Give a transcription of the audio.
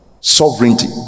sovereignty